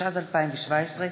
התשע"ז 2017,